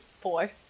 four